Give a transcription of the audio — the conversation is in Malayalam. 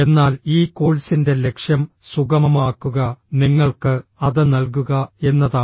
എന്നാൽ ഈ കോഴ്സിന്റെ ലക്ഷ്യം സുഗമമാക്കുക നിങ്ങൾക്ക് അത് നൽകുക എന്നതാണ്